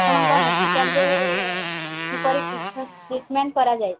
ଆପଣଙ୍କ ହସ୍ପିଟାଲ୍ରେ କିପରି ଟ୍ରିଟ୍ମେଣ୍ଟ୍ କରାଯାଏ